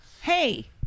Hey